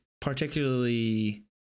particularly